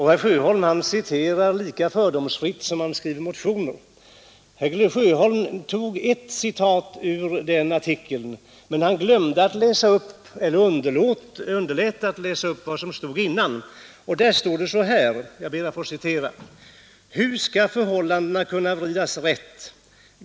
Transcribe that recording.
Herr Sjöholm citerar lika fördomsfritt som han skriver motioner. Herr Sjöholm tog ett citat ur en artikel i den tidskriften, men han underlät att läsa upp vad som stod dessförinnan: ”Hur skall förhållandena kunna vridas rätt?